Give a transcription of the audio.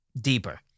deeper